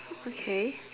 okay